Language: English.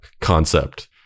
concept